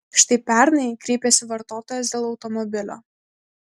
štai pernai kreipėsi vartotojas dėl automobilio